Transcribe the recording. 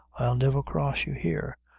i'll never cross you here.